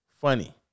funny